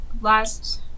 last